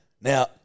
Now